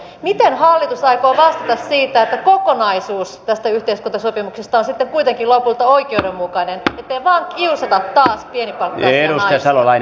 miten hallitus aikoo vastata siitä että kokonaisuus tästä yhteiskuntasopimuksesta on sitten kuitenkin lopulta oikeudenmukainen ettei vain kiusata taas pienipalkkaisia naisia